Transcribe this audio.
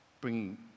bringing